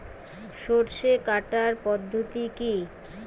সরষে কাটার পদ্ধতি কি?